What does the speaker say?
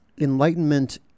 enlightenment